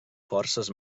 forces